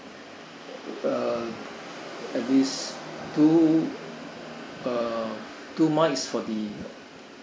uh at least two uh two mics for the